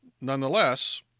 Nonetheless